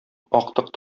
актык